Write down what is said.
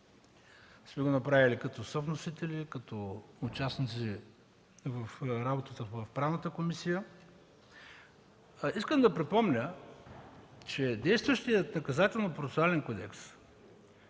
сме го направили като съвносители, като участници в работата на Правната комисия. Искам да припомня, че действащият Наказателно-процесуален кодекс